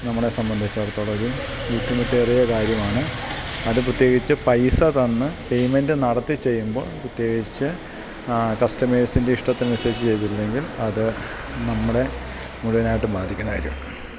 നമ്മളെ സംബന്ധിച്ചിടത്തോളം ഒരു ബുദ്ധിമുട്ടേറിയ കാര്യമാണ് അത് പ്രത്യേകിച്ച് പൈസ തന്ന് പേയ്മെൻറ് നടത്തി ചെയ്യുമ്പോൾ പ്രത്യേകിച്ച് കസ്റ്റമേഴ്സിൻ്റെ ഇഷ്ടത്തിനനുസരിച്ച് ചെയ്തില്ലെങ്കിൽ അത് നമ്മളെ മുഴുവനായിട്ട് ബാധിക്കുന്ന കാര്യമാണ്